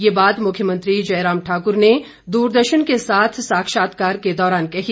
यह बात मुख्यमंत्री जयराम ठाकुर ने दूरदर्शन के साथ साक्षात्कार के दौरान कही